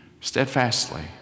steadfastly